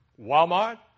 Walmart